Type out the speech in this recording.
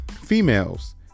Females